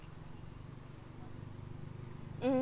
mm